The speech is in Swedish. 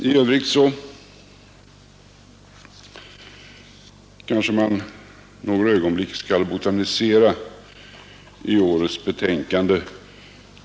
I övrigt kanske man några ögonblick skall botanisera i årets betänkande.